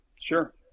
Sure